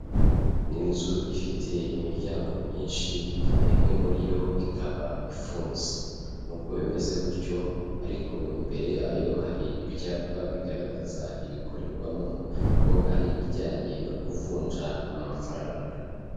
Ni inzu ifite imiryango myinshi, imwe muri yo ikaba ifunze nubwo bimeze gutyo, ariko imbere yayo hari ibyapa bigaragaza ibikorerwamo ko ari ibijyanye no kuvunja amafaranga.